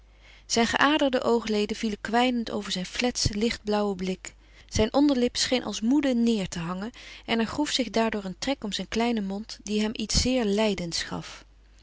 zijn geaderde oogleden vielen kwijnend over zijn fletsen lichtblauwen blik zijn onderlip scheen als moede neêr te hangen en er groef zich daardoor een trek om zijn kleinen mond die hem iets zeer lijdends gaf